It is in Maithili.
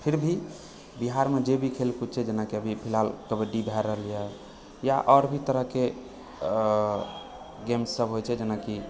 फिर भी बिहारमें जे भी खेल कूद छै जेनाकि अभी फिलहाल कबड्डी भए रहलैया या आओर भी तरहकेँ गेम्ससभ होइत छै जेनाकि